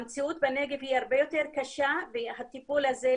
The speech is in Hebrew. המציאות בנגב היא הרבה יותר קשה והטיפול הזה,